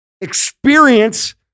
experience